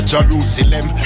Jerusalem